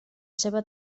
seva